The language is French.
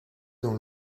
dans